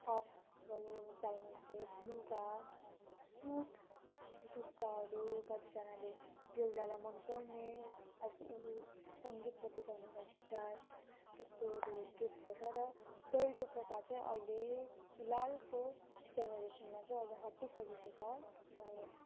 cup भयो dining set लुगा suit जुत्ताहरू कतिजनाले बेहुलालाई मन पर्ने अब ऊ सङ्गीतपट्टि छ भने गिटार त्यस्तोहरू गिफ्ट गर्छ र दाइजो प्रथा चाहिँ अहिले फिलहालको जेनेरेसनमा चाहिँ अहिले हटिसकेको छ अनि